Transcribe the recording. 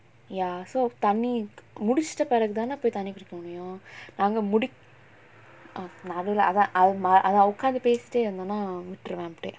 ya so தண்ணி முடுச்சுட்ட பிறகு தான போய் தண்ணி குடிக்க முடியும் அங்க முடிக் அதுதா அதா அதா உக்காந்து பேசிட்டே இருந்தோனா விட்டுருவேன் அப்டியே:thanni mudichutta piragu thaana poi thanni kudikka mudiyum anga mudik athuthaa atha atha ukkanthu paesittae irunthonaa vitturuvaen apdiyae